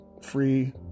free